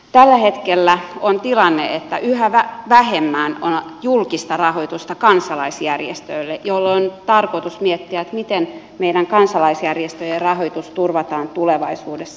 tällä hetkellä on tilanne että yhä vähemmän on julkista rahoitusta kansalaisjärjestöille ja on tarkoitus miettiä miten meidän kansalaisjärjestöjen rahoitus turvataan tulevaisuudessa